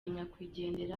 nyakwigendera